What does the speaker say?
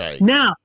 Now